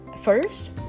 First